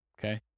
Okay